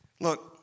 Look